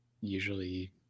usually